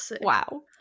Wow